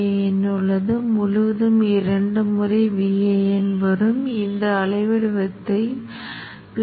0 மின்னழுத்த மதிப்பைக் கொண்ட மூன்று மின்னழுத்த ஆதாரங்களை இந்த சுற்று திட்டத்தில் உள்ளிடலாம்